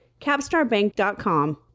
CapstarBank.com